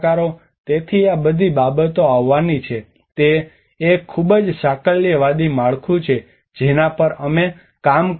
તેથી આ બધી બાબતો આવવાની છે તે એક ખૂબ જ સાકલ્યવાદી માળખું છે જેના પર અમે કામ કર્યું હતું